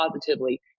positively